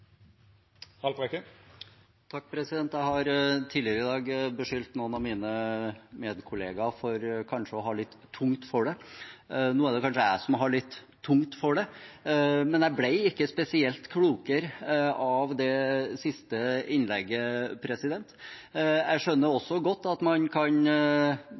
Jeg har tidligere i dag beskyldt noen av mine medkollegaer for kanskje å ha litt tungt for det. Nå er det kanskje jeg som har litt tungt for det, men jeg ble ikke spesielt klokere av det siste innlegget. Jeg skjønner godt at man kan